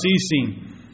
ceasing